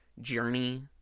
journey